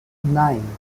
nine